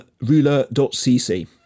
ruler.cc